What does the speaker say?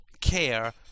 care